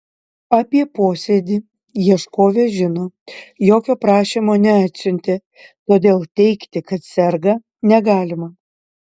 apie posėdį ieškovė žino jokio prašymo neatsiuntė todėl teigti kad serga negalima